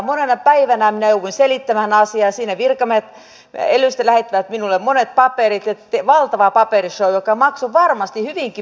monena päivänä minä jouduin selittämään asiaa siinä virkamiehet elystä lähettivät minulle monet paperit oli valtava paperishow joka maksoi varmasti hyvinkin paljon